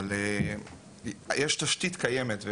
אבל יש תשתית קיימת,